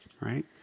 Right